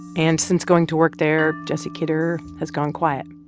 and since going to work there, jesse kidder has gone quiet.